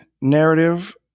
narrative